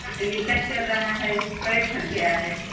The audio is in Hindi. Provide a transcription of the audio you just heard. लीकेज कर रहा है पैप फट गया है